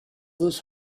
this